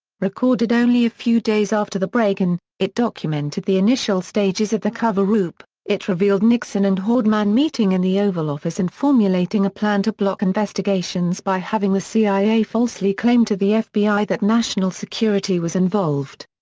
recorded only a few days after the break-in, it documented the initial stages of the coverup it revealed nixon and haldeman meeting in the oval office and formulating a plan to block investigations by having the cia falsely claim to the fbi that national security was involved.